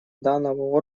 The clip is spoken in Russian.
данного